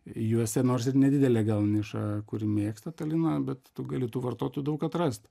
juose nors ir nedidelę gal nišą kuri mėgsta tą liną bet tu gali tų vartotų daug atrast